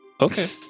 Okay